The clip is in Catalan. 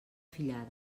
fillada